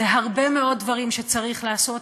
זה הרבה מאוד דברים שצריך לעשות,